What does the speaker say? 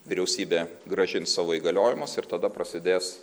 vyriausybė grąžins savo įgaliojimus ir tada prasidės